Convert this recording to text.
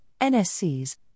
NSCs